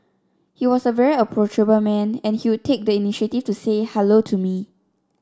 he was a very approachable man and he would take the initiative to say hello to me